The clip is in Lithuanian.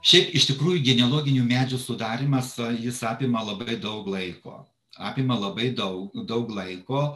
šiaip iš tikrųjų genealoginių medžių sudarymas jis apima labai daug laiko apima labai daug daug laiko